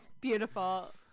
Beautiful